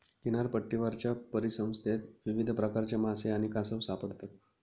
किनारपट्टीवरच्या परिसंस्थेत विविध प्रकारचे मासे आणि कासव सापडतात